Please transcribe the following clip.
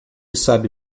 sabe